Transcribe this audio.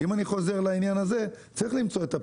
אם אני חוזר לעניין הזה, צריך למצוא את הפתרון.